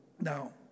Now